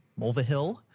Mulvihill